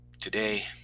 Today